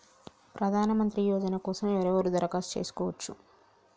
ప్రధానమంత్రి యోజన కోసం ఎవరెవరు దరఖాస్తు చేసుకోవచ్చు?